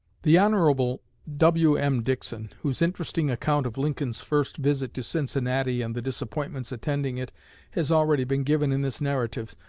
the hon. w m. dickson, whose interesting account of lincoln's first visit to cincinnati and the disappointments attending it has already been given in this narrative,